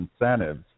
incentives